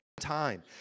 time